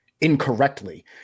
incorrectly